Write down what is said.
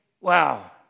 wow